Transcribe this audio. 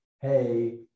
hey